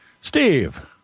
Steve